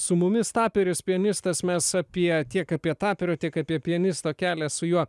su mumis taperis pianistas mes apie tiek apie taperio tiek apie pianisto kelią su juo